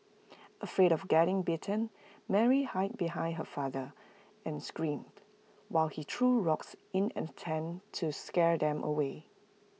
afraid of getting bitten Mary hide behind her father and screamed while he threw rocks in an attempt to scare them away